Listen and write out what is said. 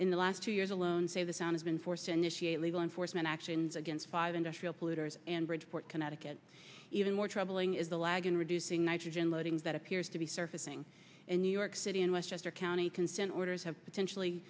in the last two years alone say the sound has been forced initiate legal enforcement actions against five industrial polluters and bridgeport connecticut even more troubling is the lag in reducing nitrogen loading that appears to be surfacing in new york city and westchester county consent orders have potentially